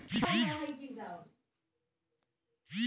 हमर तैयार पौधा के हम किट से कैसे बचा सकलि ह?